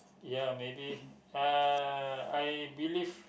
ya maybe uh I believe